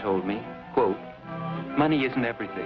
told me quote money isn't everything